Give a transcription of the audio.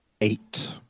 Eight